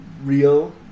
real